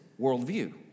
worldview